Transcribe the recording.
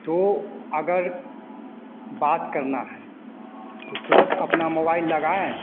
तो अगर बात करना है तो तुरंत अपना मोबाइल लगाएं